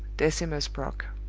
decimus brock.